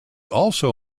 also